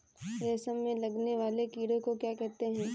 रेशम में लगने वाले कीड़े को क्या कहते हैं?